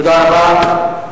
תודה רבה.